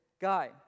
guy